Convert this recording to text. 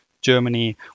Germany